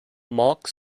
marc